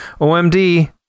OMD